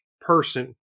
person